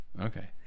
okay